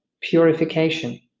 purification